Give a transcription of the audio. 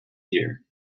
here